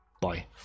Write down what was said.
Bye